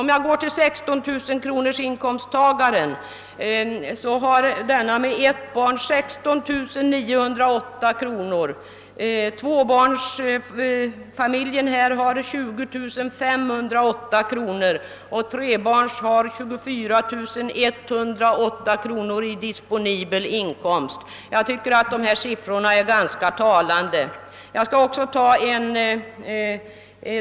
Jag tycker att dessa siffror är ganska talande.